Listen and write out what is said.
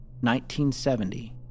1970